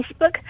Facebook